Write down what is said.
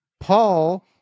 Paul